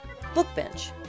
Bookbench